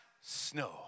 snow